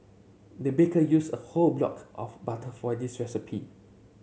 the baker used a whole block of butter for this recipe